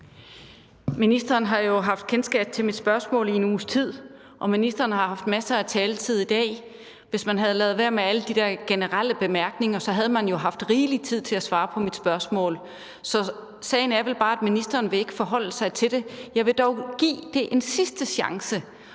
Ministeren har jo haft kendskab til mit spørgsmål i en uges tid, og ministeren har haft masser af taletid i dag. Hvis man havde ladet være med at komme med alle de der generelle bemærkninger, havde man jo haft rigelig tid til at svare på mit spørgsmål. Så sagen er vel bare, at ministeren ikke vil forholde sig til det. Jeg vil dog give det en sidste chance,